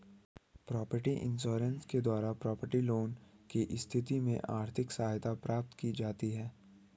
property insurance के द्वारा property loss की स्थिति में आर्थिक सहायता प्राप्त की जाती है